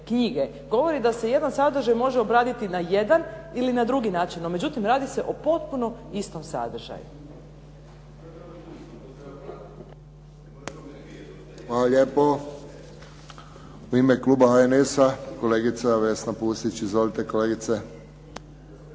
govori da se jedan sadržaj može obraditi na jedan ili na drugi način. No međutim, radi se o potpuno istom sadržaju. **Friščić, Josip (HSS)** Hvala lijepo. U ime kluba HNS-a kolegica Vesna Pusić. Izvolite kolegice.